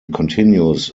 continues